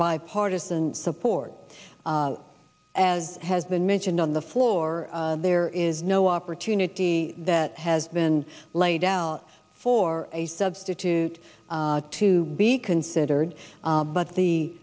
bipartisan support as has been mentioned on the floor there is no opportunity that has been laid out for a substitute to be considered but the